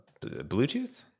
bluetooth